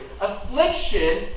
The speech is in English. Affliction